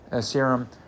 serum